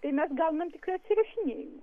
tai mes gaunam tik atsirašinėjimus